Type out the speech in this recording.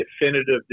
definitive